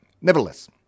Nevertheless